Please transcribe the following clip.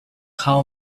how